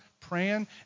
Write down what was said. praying